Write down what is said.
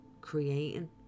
creating